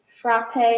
frappe